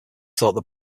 thought